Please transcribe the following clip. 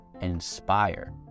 inspire